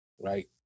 right